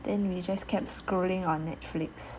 then we just kept scrolling on Netflix